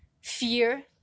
fear